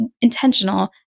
intentional